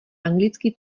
anglický